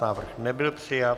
Návrh nebyl přijat.